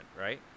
right